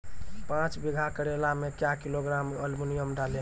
पाँच बीघा करेला मे क्या किलोग्राम एलमुनियम डालें?